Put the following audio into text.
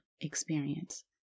experience